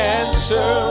answer